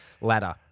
ladder